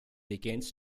begins